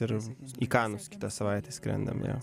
ir į kanus kitą savaitę skrendam jo